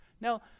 Now